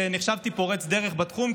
ונחשבתי פורץ דרך בתחום,